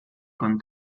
con